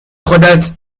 خودت